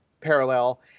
parallel